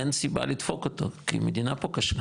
אין סיבה לדפוק אותו, כי מדינה פה כשלה